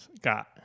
got